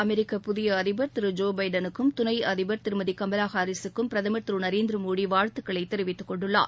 அமெரிக்க புதிய அதிபர் திரு ஜோ பைடனுக்கும் துணை அதிபர் திருமதி கமலா ஹாரிசுக்கும் பிரதமர் திரு நரேந்திர மோடி வாழ்த்துக்களை தெரிவித்துக்கொண்டுள்ளார்